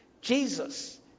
Jesus